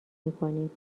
میکنیم